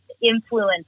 influence